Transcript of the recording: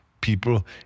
people